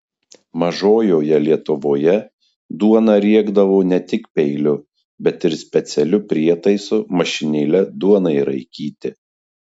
mažojoje lietuvoje duoną riekdavo ne tik peiliu bet ir specialiu prietaisu mašinėle duonai raikyti